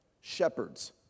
Shepherds